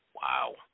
Wow